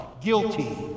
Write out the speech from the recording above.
Guilty